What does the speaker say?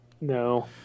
No